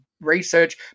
research